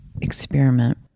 experiment